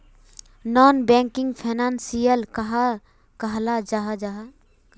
Non banking financial कहाक कहाल जाहा जाहा?